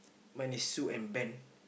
mine is Sue and Ben